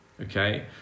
Okay